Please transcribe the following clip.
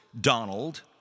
Donald